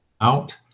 out